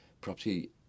Property